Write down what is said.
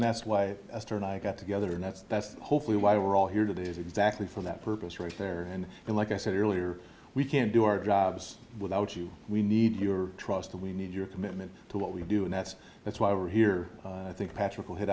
and that's why esther and i got together and that's that's hopefully why we're all here today is exactly for that purpose for a fair and and like i said earlier we can't do our jobs without you we need your trust we need your commitment to what we do and that's that's why we're here i think patrick will hit